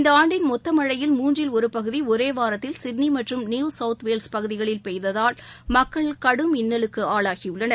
இந்த ஆண்டின் மொத்த மழையில் மூன்றில் ஒரு பகுதி ஒரே வாரத்தில் சிட்னி மற்றும் நியூ சவுத் வேல்ஸ் பகுதிகளில் பெய்ததால் மக்கள் கடும் இன்னலுக்கு ஆளாகியுள்ளனர்